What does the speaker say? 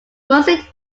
mostly